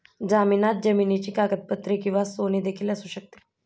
जामिनात जमिनीची कागदपत्रे किंवा सोने देखील असू शकते